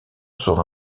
sera